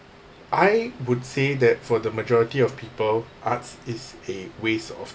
I would say that for the majority of people arts is a waste of